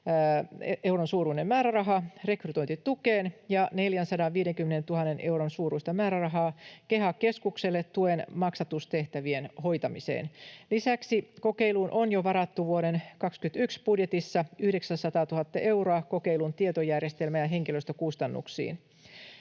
euron suuruista määrärahaa rekrytointitukeen ja 450 000 euron suuruista määrärahaa KEHA-keskukselle tuen maksatustehtävien hoitamiseen. Lisäksi kokeiluun on varattu jo vuoden 2021 budjetissa 900 000 euroa kokeilun tietojärjestelmä‑ ja henkilöstökustannuksiin.